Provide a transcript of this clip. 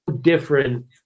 different